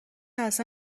اصلا